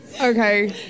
Okay